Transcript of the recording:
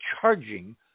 charging